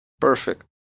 Perfect